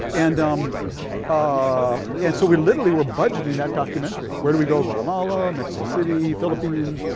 and um ah and so we literally were budgeting that documentary. where do we go? guatamala, mexico city, philippines,